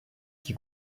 qui